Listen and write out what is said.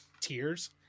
tears